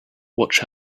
watch